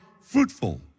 fruitful